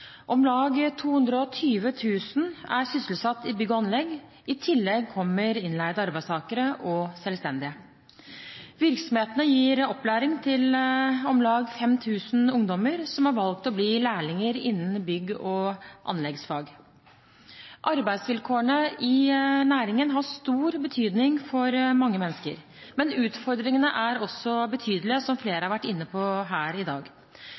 Om lag 220 000 er sysselsatt i bygg og anlegg, i tillegg kommer innleide arbeidstakere og selvstendige. Virksomhetene gir opplæring til om lag 5 000 ungdommer som har valgt å bli lærlinger innen bygg- og anleggsfag. Arbeidsvilkårene i næringen har stor betydning for mange mennesker. Men utfordringene er betydelige, som flere har vært inne på her i dag.